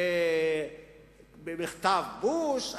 מכתב בוש,